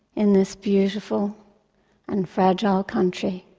in this beautiful and fragile country,